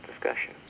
discussion